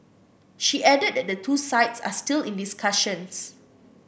she added that the two sides are still in discussions